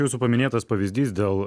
jūsų paminėtas pavyzdys dėl